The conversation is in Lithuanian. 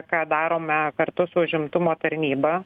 ką darome kartu su užimtumo tarnyba